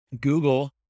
Google